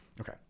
Okay